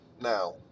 now